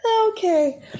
Okay